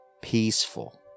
Peaceful